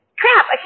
crap